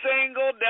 single